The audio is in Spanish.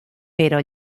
pero